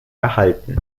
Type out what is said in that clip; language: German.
erhalten